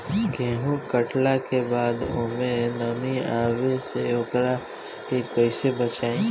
गेंहू कटला के बाद ओमे नमी आवे से ओकरा के कैसे बचाई?